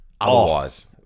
otherwise